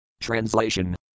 Translation